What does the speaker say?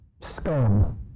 Scum